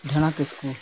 ᱠᱤᱥᱠᱩ